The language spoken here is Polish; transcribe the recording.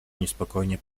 niespokojnie